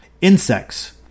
Insects